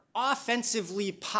Offensively